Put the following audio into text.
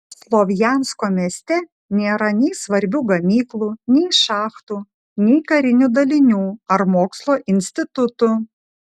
slovjansko mieste nėra nei svarbių gamyklų nei šachtų nei karinių dalinių ar mokslo institutų